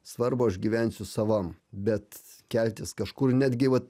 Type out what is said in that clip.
svarbu aš gyvensiu savam bet keltis kažkur netgi vat